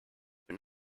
been